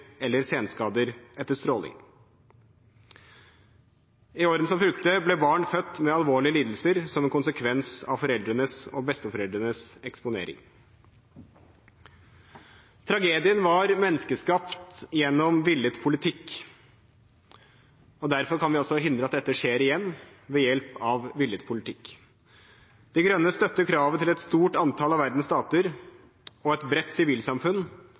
eller senskader etter stråling. I årene som fulgte, ble barn født med alvorlige lidelser som en konsekvens av foreldrenes og besteforeldrenes eksponering. Tragedien var menneskeskapt gjennom villet politikk, og derfor kan vi også hindre at dette skjer igjen – ved hjelp av villet politikk. De Grønne støtter kravet til et stort antall av verdens stater og et bredt sivilsamfunn